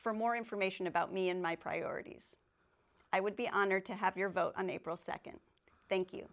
for more information about me and my priorities i would be honored to have your vote on april nd thank you